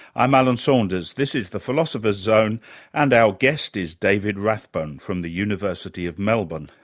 i'm alan saunders, this is the philosopher's zone and our guest is david rathbone from the university of melbourne.